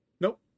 Nope